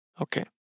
Okay